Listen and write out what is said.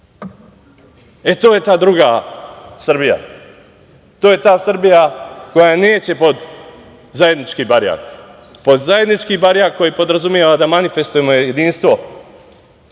je ta druga Srbija. To je ta Srbija koja neće pod zajednički barjak, pod zajednički barjak koji podrazumeva da manifestujemo jedinstvo